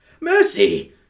Mercy